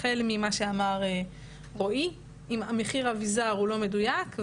החל ממה שאמר רועי - אם מחיר האביזר הוא לא מדויק,